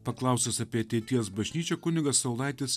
paklaustas apie ateities bažnyčią kunigas saulaitis